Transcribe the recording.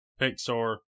Pixar